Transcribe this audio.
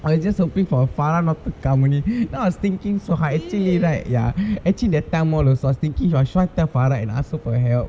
I was just hoping for farah not to come only then I was thinking so actually right ya actually that time also I was thinking eh should I tell farah and ask her for help